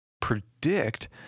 predict